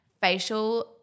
facial